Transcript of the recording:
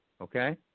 okay